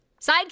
Sidekick